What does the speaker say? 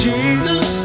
Jesus